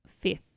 fifth